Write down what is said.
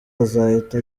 azahita